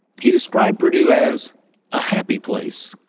he described purdue as a happy place.